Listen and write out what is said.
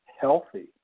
healthy